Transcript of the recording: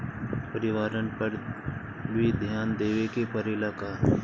परिवारन पर भी ध्यान देवे के परेला का?